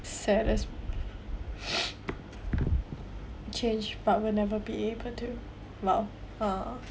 saddest change but will never be able to love uh